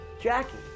Jackie